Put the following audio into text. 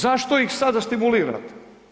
Zašto ih sada stimulirate?